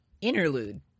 interlude